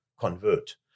convert